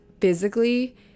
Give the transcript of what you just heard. physically